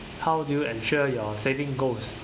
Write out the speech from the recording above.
how do you ensure your saving goals